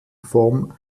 form